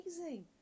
amazing